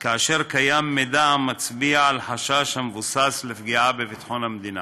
כאשר קיים מידע המצביע על חשש מבוסס לפגיעה בביטחון המדינה.